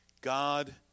God